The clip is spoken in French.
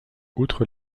outre